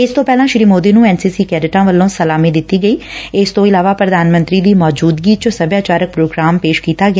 ਇਸ ਤੋ ਪਹਿਲਾਂ ਸ੍ਰੀ ਮੋਦੀ ਨੂੰ ਐਨ ਸੀ ਸੀ ਕੈਡਿਟਾਂ ਵੱਲੋ ਸਲਾਮੀ ਦਿੱਤੀ ਗਈ ਇਸ ਤੋ ਇਲਾਵਾ ਪ੍ਰਧਾਨ ਮੰਤਰੀ ਦੀ ਮੌਜੁਦਗੀ ਚ ਸਭਿਆਚਾਰ ਪੌਗਰਾਮ ਪੇਸ਼ ਕੀਤਾ ਗਿਆ